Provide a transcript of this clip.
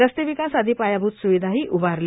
रस्तेविकास आदी पायाभूत स्विधाही उभारल्या